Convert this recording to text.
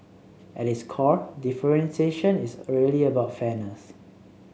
at its core differentiation is a really about fairness